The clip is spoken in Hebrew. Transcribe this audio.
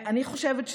אני חושבת,